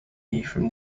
from